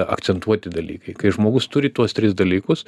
akcentuoti dalykai kai žmogus turi tuos tris dalykus